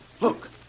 Look